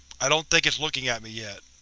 i don't think it's looking at me yet.